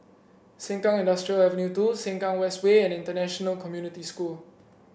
Sengkang Industrial Avenue two Sengkang West Way and International Community School